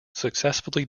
successfully